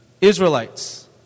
Israelites